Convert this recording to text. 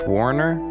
Warner